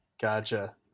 Gotcha